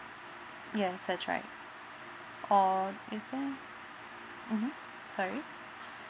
yes that's right or is there mmhmm sorry